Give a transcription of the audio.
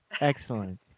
Excellent